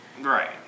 right